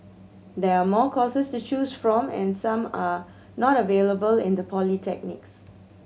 there are more courses to choose from and some are not available in the polytechnics